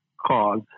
cause